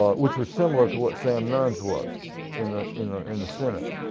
ah which was similar to what sam nunn was in the you know in the senate.